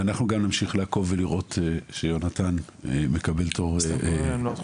ואנחנו גם נמשיך לעקוב ולראות שיונתן מקבל תור מוסדר.